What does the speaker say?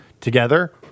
together